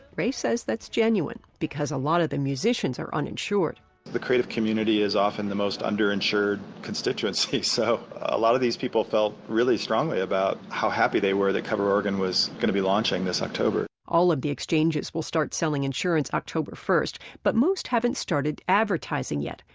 ray says that's genuine, because a lot of the musicians are uninsured the creative community is often the most under insured constituency, ray explains. so a lot of these people felt really strongly about how happy they were that cover oregon was going to be launching this october. all of the exchanges will start selling insurance october first. but most haven't started advertising yet.